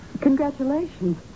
Congratulations